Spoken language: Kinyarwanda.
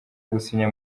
gusinya